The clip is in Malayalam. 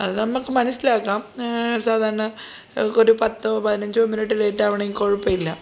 അത് നമുക്ക് മനസ്സിലാക്കാം സാധാരണ ഒരു പത്തോ പതിനഞ്ചോ മിനുട്ട് ലേറ്റ് ആവുവാണെങ്കിൾ കുഴപ്പം ഇല്ല